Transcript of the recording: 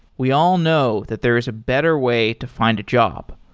we all know that there is a better way to find a job.